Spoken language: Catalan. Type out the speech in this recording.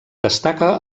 destaca